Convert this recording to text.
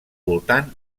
voltant